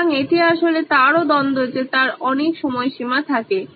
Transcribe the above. সুতরাং এটি আসলে তারও দ্বন্দ্ব যে তার অনেক সময়সীমা থাকে